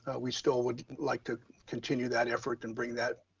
we still would like to continue that effort and bring that